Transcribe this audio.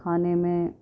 کھانے میں